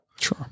Sure